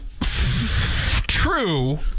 True